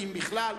אם בכלל,